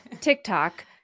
TikTok